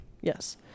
Yes